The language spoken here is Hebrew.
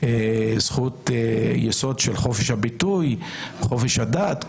חוק יסוד: חופש הביטוי, חופש הדת.